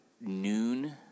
noon